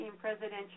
presidential